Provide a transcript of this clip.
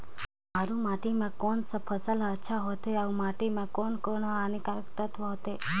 मारू माटी मां कोन सा फसल ह अच्छा होथे अउर माटी म कोन कोन स हानिकारक तत्व होथे?